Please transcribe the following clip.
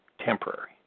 temporary